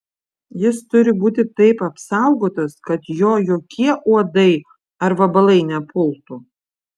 jis turi būti taip apsaugotas kad jo jokie uodai ar vabalai nepultų